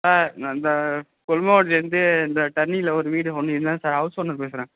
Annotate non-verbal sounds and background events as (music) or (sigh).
ஆ நான் இந்த கொல்லுமாங்குடிலேருந்து இந்த டர்னிங்கில் ஒரு வீடு ஒன்று (unintelligible) ஹவுஸ் ஓனர் பேசுகிறேன்